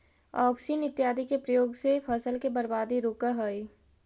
auxin इत्यादि के प्रयोग से फसल के बर्बादी रुकऽ हई